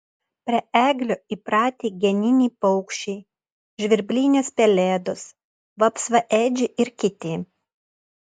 prie eglių įpratę geniniai paukščiai žvirblinės pelėdos vapsvaėdžiai ir kiti